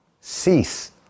Cease